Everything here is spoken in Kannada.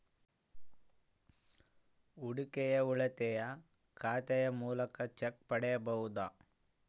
ಹೂಡಿಕೆಯ ಉಳಿತಾಯ ಖಾತೆಯ ಮೂಲಕ ಚೆಕ್ ಪಡೆಯಬಹುದಾ?